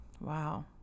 Wow